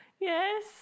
Yes